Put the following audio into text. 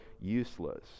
useless